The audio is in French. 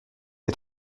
des